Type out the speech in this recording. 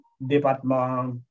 département